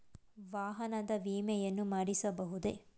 ವಾಹನದ ವಿಮೆಯನ್ನು ಮಾಡಿಸಬಹುದೇ?